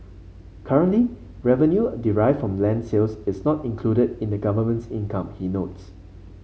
currently revenue derived from land sales is not included in the government's income he notes